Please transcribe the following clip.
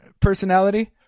personality